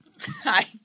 Hi